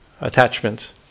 attachments